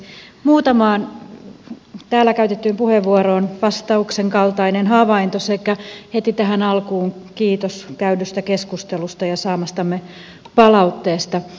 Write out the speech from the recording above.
muutamaan täällä käytettyyn puheenvuoroon vastauksen kaltainen havainto sekä heti tähän alkuun kiitos käydystä keskustelusta ja saamastamme palautteesta